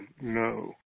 no